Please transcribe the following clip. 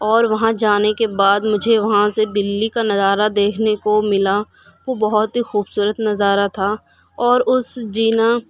اور وہاں جانے کے بعد مجھے وہاں سے دلی کا نظارہ دیکھنے کو ملا وہ بہت ہی خوبصورت نظارہ تھا اور اس زینہ